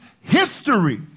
history